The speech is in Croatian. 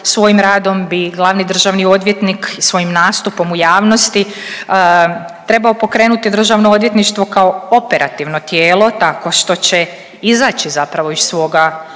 svojim radom bi glavni državni odvjetnik i svojim nastupom u javnosti trebao pokrenuti Državno odvjetništvo kao operativno tijelo tako što će izaći zapravo iz svoga ureda